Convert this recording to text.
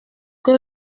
que